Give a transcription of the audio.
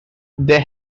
they